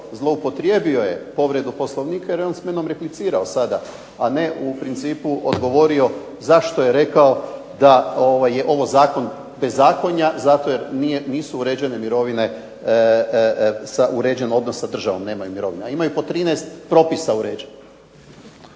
zloupotrijebio je povredu Poslovnika jer je on sa mnom replicirao sada, a ne u principu odgovorio zašto je rekao da je ovo zakon bezakonja, zato jer nisu uređene mirovine, uređen odnos sa državom nemaju mirovine, a imaju po 13 propisa uređenih.